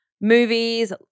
movies